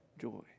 joy